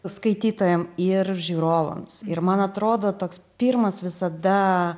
skaitytojam ir žiūrovams ir man atrodo toks pirmas visada